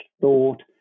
thought